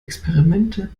experimente